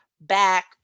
back